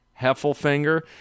Heffelfinger